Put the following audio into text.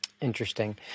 Interesting